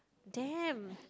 damn